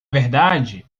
verdade